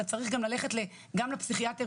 אתה צריך גם ללכת גם לפסיכיאטר,